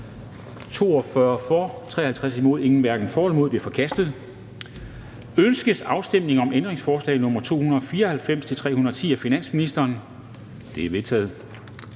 for eller imod stemte 0. Ændringsforslaget er forkastet. Ønskes afstemning om ændringsforslag nr. 294-310 af finansministeren? De er vedtaget.